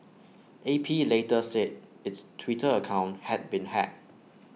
A P later said its Twitter account had been hacked